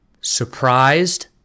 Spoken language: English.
Surprised